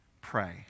pray